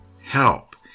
help